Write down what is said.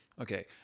Okay